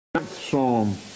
Psalm